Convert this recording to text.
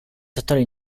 settore